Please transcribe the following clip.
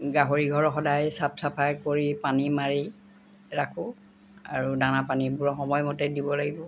গাহৰি ঘৰ সদায় চাফ চাফাই কৰি পানী মাৰি ৰাখোঁ আৰু দানা পানীবোৰ সময়মতে দিব লাগিব